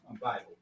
Bible